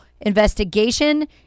investigation